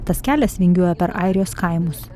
tas kelias vingiuoja per airijos kaimus